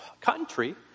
country